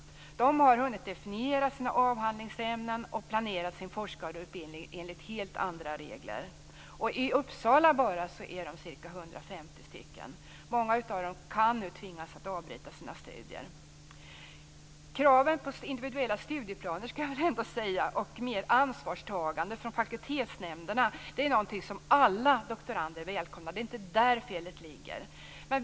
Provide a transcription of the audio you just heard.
De har hunnit definiera sina avhandlingsämnen och planerat sin forskarutbildning efter helt andra regler. Bara i Uppsala är de ca 150 stycken. Många av dem kan nu tvingas avbryta sina studier. Kraven på individuella studieplaner och mer ansvarstagande från fakultetsnämnderna - det måste jag ändå säga - är någonting som alla doktorander välkomnar. Det är inte där felet ligger.